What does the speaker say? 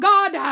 God